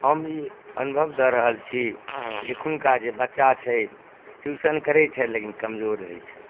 हम ई अनुभव दऽ रहल छी जे एखुनका जे बच्चा छै ट्यूशन करै छै लेकिन कमजोर रहै छै